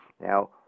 Now